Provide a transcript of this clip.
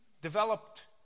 developed